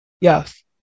Yes